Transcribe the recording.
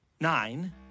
nine